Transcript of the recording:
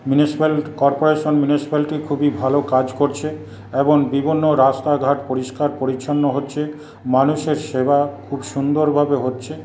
municipal corporation municipality খুবই ভালো কাজ করছে এবং বিভিন্ন রাস্তাঘাট পরিষ্কার পরিচ্ছন্ন হচ্ছে মানুষের সেবা খুব সুন্দরভাবে হচ্ছে